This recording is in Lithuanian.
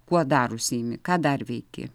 kuo dar užsiimi ką dar veiki